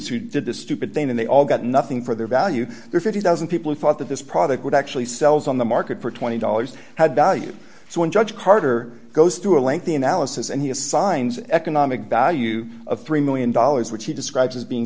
who did this stupid thing and they all got nothing for their value their fifty thousand people who thought that this product would actually sells on the market for twenty dollars had value so when judge carter goes through a lengthy analysis and he assigns economic value of three million dollars which he describes as being